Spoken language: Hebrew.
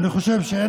אני חושב שעל